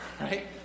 right